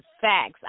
facts